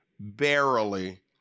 barely